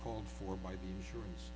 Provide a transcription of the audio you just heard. called for by the insurance